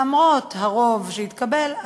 למרות הרוב שהתקבל,